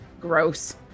gross